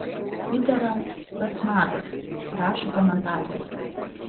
piterio specnazas rašo komentatoriai